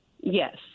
Yes